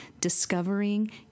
Discovering